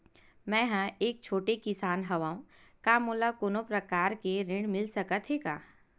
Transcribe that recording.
मै ह एक छोटे किसान हंव का मोला कोनो प्रकार के ऋण मिल सकत हे का?